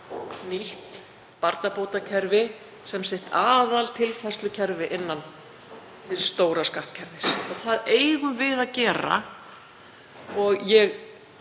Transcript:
nýtt barnabótakerfi sem sitt aðaltilfærslukerfi innan hins stóra skattkerfis og það eigum við að gera. Ég